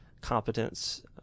competence